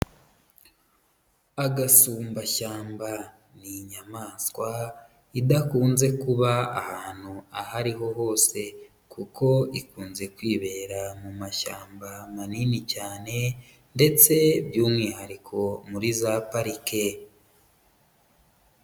Agasumbashyamba ni inyamaswa idakunze kuba ahantu aho ariho hose kuko ikunze kwibera mu mashyamba manini cyane ndetse by'umwihariko muri za parike.